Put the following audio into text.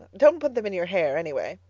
don't put them in your hair, anyway.